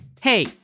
Hey